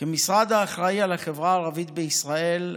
כמשרד האחראי לחברה הערבית בישראל,